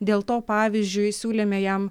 dėl to pavyzdžiui siūlėme jam